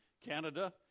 Canada